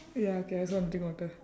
ya okay I also want to drink water